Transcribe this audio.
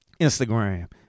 Instagram